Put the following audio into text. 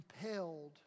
compelled